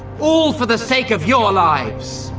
all for the sake of your lives,